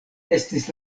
estis